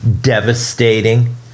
devastating